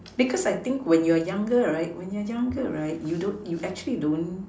because I think when you are younger right when you are younger right you don't you actually don't